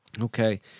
okay